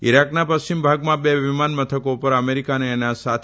ઇરાકના પશ્ચિમ ભાગમાં બે વીમાન મથકો ઉપર અમેરીકા અને તેના સાથી